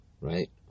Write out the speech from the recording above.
Right